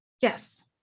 yes